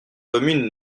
communes